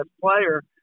player